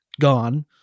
gone